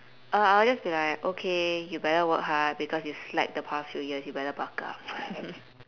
uh I will just be like okay you better work hard because you slacked the past few years you better buck up